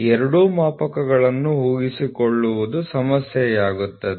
ಎರಡೂ ಮಾಪಕಗಳನ್ನು ಉಳಿಸಿಕೊಳ್ಳುವುದು ಸಮಸ್ಯೆಯಾಗುತ್ತದೆ